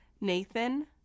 Nathan